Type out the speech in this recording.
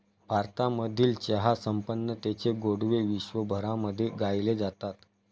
भारतामधील चहा संपन्नतेचे गोडवे विश्वभरामध्ये गायले जातात